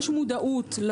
יש מודעות.